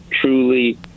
truly